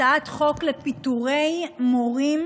הצעת חוק לפיטורי מורים